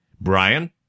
Brian